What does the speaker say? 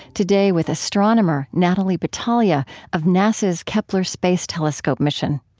today with astronomer natalie batalha of nasa's kepler space telescope mission.